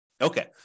Okay